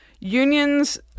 unions